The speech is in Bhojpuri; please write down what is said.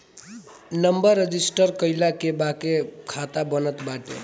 नंबर रजिस्टर कईला के बाके खाता बनत बाटे